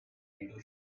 into